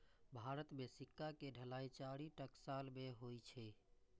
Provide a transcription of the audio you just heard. भारत मे सिक्का के ढलाइ चारि टकसाल मे होइ छै